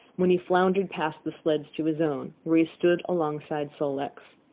when he floundered past the sleds to his own, where he stood alongside sol-leks.